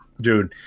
Dude